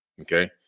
Okay